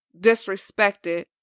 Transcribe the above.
disrespected